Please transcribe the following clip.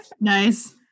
Nice